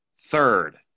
third